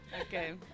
Okay